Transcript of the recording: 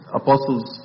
apostles